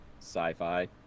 Sci-fi